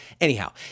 Anyhow